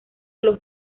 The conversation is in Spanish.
los